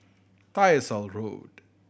Tyersall Road